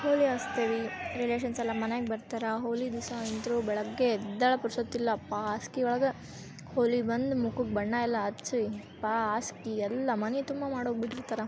ಹೋಳಿ ಹಚ್ತೇವಿ ರಿಲೇಶನ್ಸ್ ಎಲ್ಲ ಮನೆಗೆ ಬರ್ತಾರೆ ಹೋಳಿ ದಿವಸ ಅಂತೂ ಬೆಳಗ್ಗೆ ಎದ್ದೇಳ ಪುರುಸೊತ್ತಿಲ್ಲ ಅಪ್ಪಾ ಹಾಸ್ಗಿ ಒಳ್ಗೆ ಹೋಳಿ ಬಂದು ಮುಖಕ್ ಬಣ್ಣ ಎಲ್ಲ ಹಚ್ಚಿ ಯಪ್ಪಾ ಹಾಸ್ಗಿ ಎಲ್ಲ ಮನೆ ತುಂಬ ಮಾಡೋಗಿ ಬಿಟ್ಟಿರ್ತಾರೆ